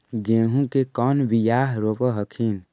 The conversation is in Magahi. गेहूं के कौन बियाह रोप हखिन?